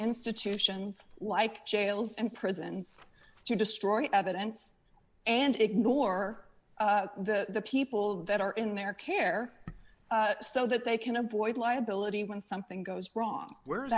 institutions like jails and prisons to destroy evidence and ignore the people that are in their care so that they can avoid liability when something goes wrong we're